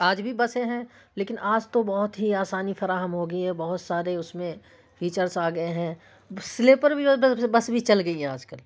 آج بھی بسیں ہیں لیکن آج تو بہت ہی آسانی فراہم ہو گئی ہے بہت سارے اس میں فیچرس آ گئے ہیں سلیپر بھی ہو بس بھی چل گئی ہیں آج کل